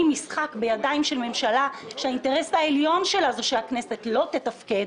משחק בידיים של ממשלה שהאינטרס העליון שלה הוא שהכנסת לא תתפקד.